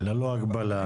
ללא הגבלה.